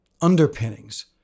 underpinnings